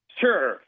Sure